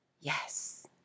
Yes